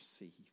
Receive